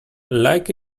like